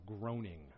groaning